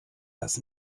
das